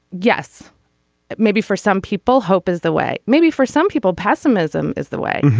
yes maybe for some people hope is the way maybe for some people pessimism is the way.